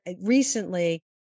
recently